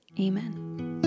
Amen